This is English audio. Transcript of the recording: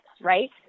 right